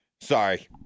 Sorry